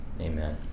Amen